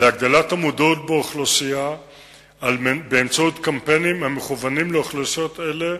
להגדלת המודעות באוכלוסייה באמצעות קמפיינים המכוונים לאוכלוסיות אלה,